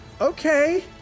Okay